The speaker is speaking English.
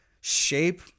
shape